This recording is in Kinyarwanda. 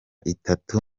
itatu